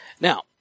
Now